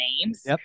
names